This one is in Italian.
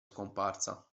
scomparsa